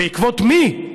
בעקבות מי,